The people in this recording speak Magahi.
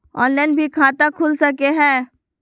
ऑनलाइन भी खाता खूल सके हय?